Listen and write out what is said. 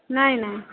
ନାହିଁ ନାହିଁ